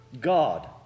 God